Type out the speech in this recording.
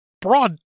broad